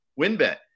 WinBet